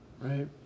right